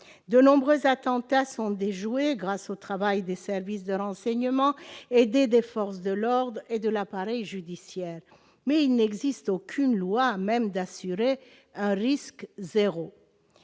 De nombreux attentats sont déjoués grâce au travail des services de renseignement, aidés des forces de l'ordre et de l'appareil judiciaire, mais il n'existe aucune loi à même d'assurer un risque zéro.